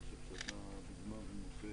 אני חושב שאתה דוגמה ומופת,